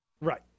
Right